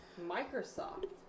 Microsoft